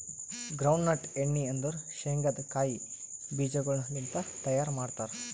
ground nut ಎಣ್ಣಿ ಅಂದುರ್ ಶೇಂಗದ್ ಕಾಯಿ ಬೀಜಗೊಳ್ ಲಿಂತ್ ತೈಯಾರ್ ಮಾಡ್ತಾರ್